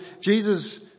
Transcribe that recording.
Jesus